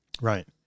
right